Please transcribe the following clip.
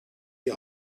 die